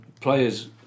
players